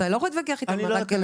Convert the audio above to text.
אתה לא יכול להתווכח איתם על השערות.